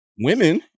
women